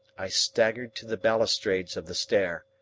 i staggered to the balustrades of the stair.